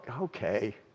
okay